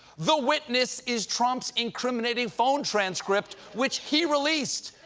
the witness is trump's incriminating phone transcript, which he released.